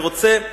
אני רוצה,